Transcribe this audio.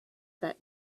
that